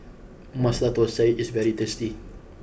Masala Thosai is very tasty